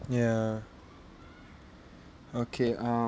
ya okay